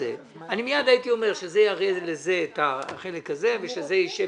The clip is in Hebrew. מייד הייתי אומר שזה יראה לזה את החלק הזה ושזה יישב